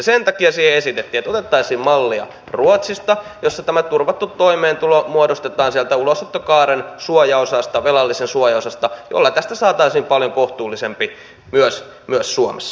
sen takia siihen esitettiin että otettaisiin mallia ruotsista missä tämä turvattu toimeentulo muodostetaan sieltä ulosottokaaren suojaosasta velallisen suojaosasta millä tästä saataisiin paljon kohtuullisempi myös suomessa